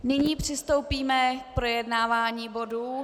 Nyní přistoupíme k projednávání bodů.